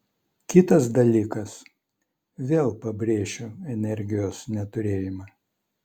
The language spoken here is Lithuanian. kitas dalykas vėl pabrėšiu energijos neturėjimą